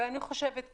ואני חושבת,